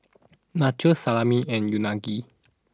Nachos Salami and Unagi